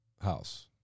house